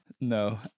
No